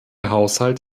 haushalt